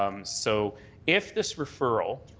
um so if this referral